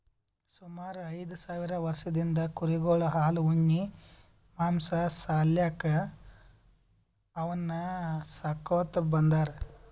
ಸುಮಾರ್ ಐದ್ ಸಾವಿರ್ ವರ್ಷದಿಂದ್ ಕುರಿಗೊಳ್ ಹಾಲ್ ಉಣ್ಣಿ ಮಾಂಸಾ ಸಾಲ್ಯಾಕ್ ಅವನ್ನ್ ಸಾಕೋತ್ ಬಂದಾರ್